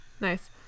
Nice